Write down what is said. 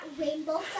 rainbow